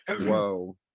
Whoa